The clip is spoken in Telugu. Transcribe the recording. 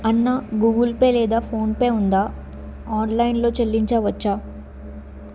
అన్న గూగుల్ పే లేదా ఫోన్ పే ఉందా ఆన్లైన్లో చెల్లించవచ్చా